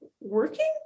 working